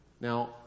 Now